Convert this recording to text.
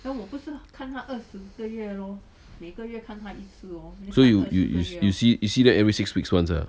so you you you you see you see that every six weeks once ah